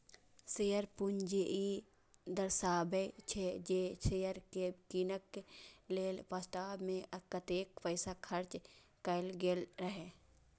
share पूंजी ई दर्शाबै छै, जे शेयर कें कीनय लेल वास्तव मे कतेक पैसा खर्च कैल गेल रहै